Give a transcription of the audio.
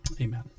Amen